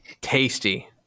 Tasty